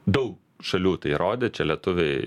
daug šalių tai rodė čia lietuviai